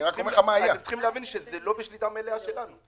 צריכים להבין שזה לא בשליטה מלאה שלנו.